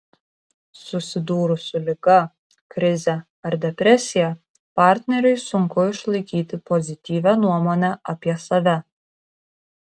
susidūrus su liga krize ar depresija partneriui sunku išlaikyti pozityvią nuomonę apie save